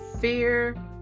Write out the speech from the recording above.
fear